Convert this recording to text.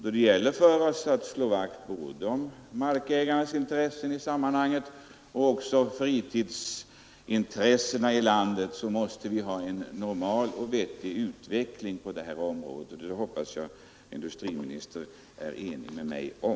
Då det gäller för oss att slå vakt om markägarnas intressen och om fritidsintressena i landet så måste vi ha en normal och vettig utveckling på det här området. Det hoppas jag att industriministern är enig med mig om.